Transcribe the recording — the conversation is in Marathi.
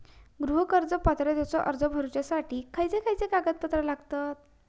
गृह कर्ज पात्रतेचो अर्ज भरुच्यासाठी खयचे खयचे कागदपत्र लागतत?